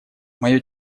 мое